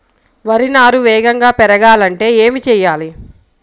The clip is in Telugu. వరి నారు వేగంగా పెరగాలంటే ఏమి చెయ్యాలి?